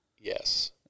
Yes